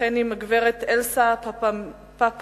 וכן עם הגברת אלסה פפדימיטריוס,